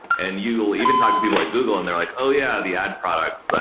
and you will even talk to people like google and they're like, oh, yeah. the ad products.